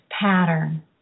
pattern